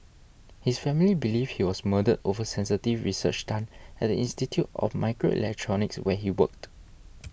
his family believe he was murdered over sensitive research done at the Institute of Microelectronics where he worked